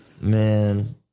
man